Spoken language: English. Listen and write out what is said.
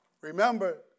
Remember